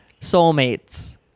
soulmates